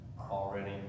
already